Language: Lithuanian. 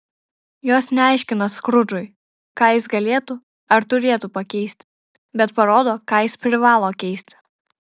jos neaiškina skrudžui ką jis galėtų ar turėtų pakeisti bet parodo ką jis privalo keisti